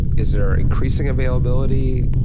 is there increasing availability?